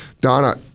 Donna